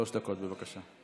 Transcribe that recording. שלוש דקות, בבקשה.